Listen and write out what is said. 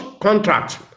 contract